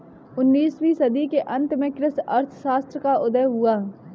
उन्नीस वीं सदी के अंत में कृषि अर्थशास्त्र का उदय हुआ